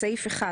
בסעיף 78(ב),